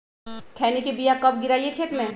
खैनी के बिया कब गिराइये खेत मे?